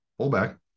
pullback